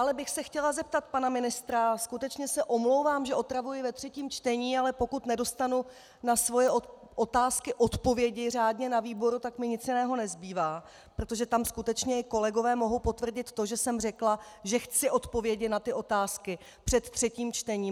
Dále bych se chtěla zeptat pana ministra skutečně se omlouvám, že otravuji ve třetím čtení, ale pokud nedostanu na svoje otázky odpovědi řádně na výboru, tak mi nic jiného nezbývá, protože tam skutečně kolegové mohou potvrdit, že jsem řekla, že chci odpovědi na tyto otázky před třetím čtením.